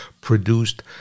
produced